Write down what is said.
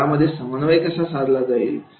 खेळामध्ये समन्वय कसा साधला जाईल